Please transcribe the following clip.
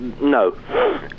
no